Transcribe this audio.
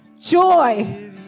joy